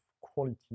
quality